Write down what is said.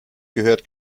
gehört